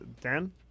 Dan